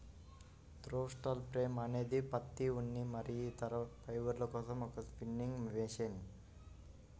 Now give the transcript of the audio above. throstle frame అనేది పత్తి, ఉన్ని మరియు ఇతర ఫైబర్ల కోసం ఒక స్పిన్నింగ్ మెషిన్